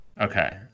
Okay